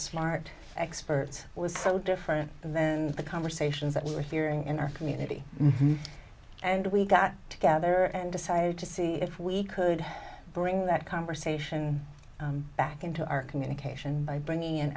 smart experts was so different than the conversations that we're hearing in our community and we got together and decided to see if we could bring that conversation back into our communication by bringing in